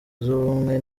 y’ubumwe